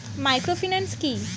Microfinance কি?